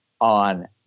on